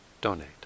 donate